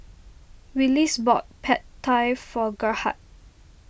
Willis bought Pad Thai for Gerhard